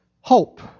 Hope